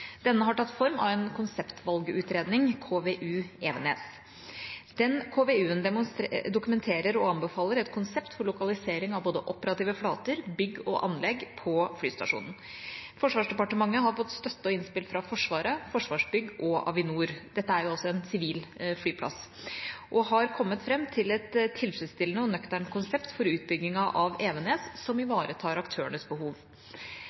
Denne har tatt form av en konseptvalgutredning, KVU Evenes. Den KVU-en dokumenterer og anbefaler et konsept for lokalisering av både operative flater, bygg og anlegg på flystasjonen. Forsvarsdepartementet har fått støtte og innspill fra Forsvaret, Forsvarsbygg og Avinor – dette er også en sivil flyplass – og har kommet fram til et tilfredsstillende og nøkternt konsept for utbyggingen av Evenes som ivaretar aktørenes behov.